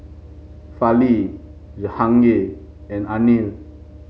Fali Jahangir and Anil